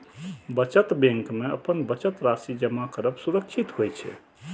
बचत बैंक मे अपन बचत राशि जमा करब सुरक्षित होइ छै